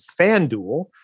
FanDuel